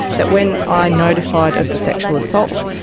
that when i notified of the sexual assault,